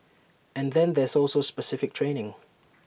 and then there's also specific training